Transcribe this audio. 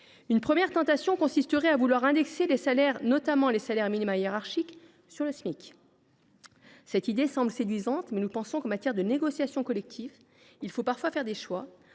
une première tentation consisterait à vouloir indexer les salaires, notamment les salaires minima hiérarchiques, sur le Smic. Cette idée semble séduisante, mais nous pensons que, en matière de négociation collective, il faut parfois faire des choix.